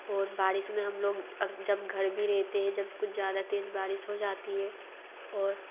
और बारिश में हम लोग जब घर भी रहते हैं जब कुछ ज़्यादा तेज़ बारिश हो जाती है